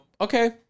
Okay